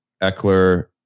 Eckler